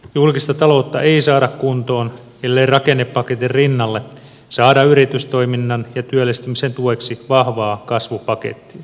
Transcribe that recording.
julkista taloutta ei saada kuntoon ellei rakennepaketin rinnalle saada yritystoiminnan ja työllistämisen tueksi vahvaa kasvupakettia